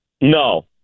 No